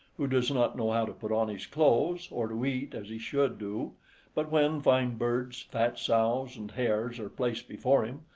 who does not know how to put on his clothes, or to eat as he should do but when fine birds, fat sows, and hares are placed before him,